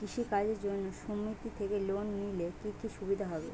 কৃষি কাজের জন্য সুমেতি থেকে লোন নিলে কি কি সুবিধা হবে?